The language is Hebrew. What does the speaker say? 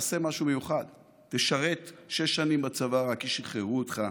תעשה משהו מיוחד: תשרת שש שנים בצבא רק כי שחררו אותך,